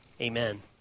Amen